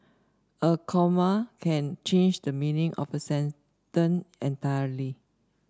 a comma can change the meaning of a sentence entirely